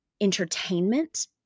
entertainment